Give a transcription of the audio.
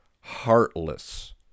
heartless